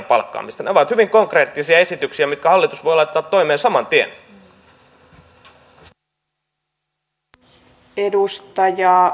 ne ovat hyvin konkreettisia esityksiä mitkä hallitus voi laittaa toimeen saman tien